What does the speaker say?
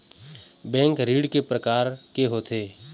Bank ऋण के प्रकार के होथे?